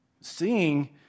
Seeing